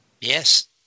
Yes